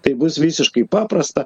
tai bus visiškai paprasta